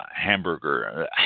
hamburger